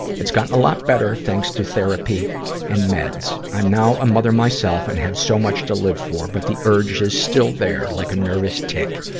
it's gotten lot better, thanks to therapy and meds. i'm now a mother myself, and have so much to live for. but the urge is still there, like a nervous tick.